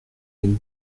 une